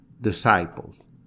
disciples